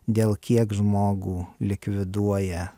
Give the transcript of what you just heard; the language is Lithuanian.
dėl kiek žmogų likviduoja